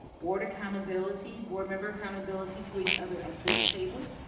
board accountability, board member accountability to each other at this table,